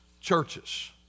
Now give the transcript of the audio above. churches